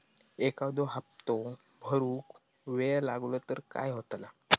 एखादो हप्तो भरुक वेळ लागलो तर काय होतला?